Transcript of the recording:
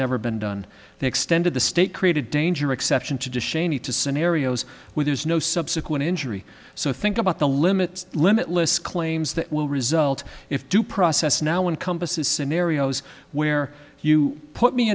never been done they extended the state created danger exception to just cheney to scenarios where there's no subsequent injury so think about the limits limitless claims that will result if due process now one compass is scenarios where you put me